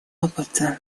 опытом